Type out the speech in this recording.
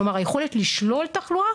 כלומר היכולת לשלול תחלואה,